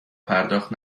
پرداخت